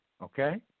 Okay